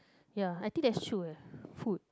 ya I think that's true uh food